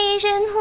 Asian